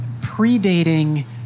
predating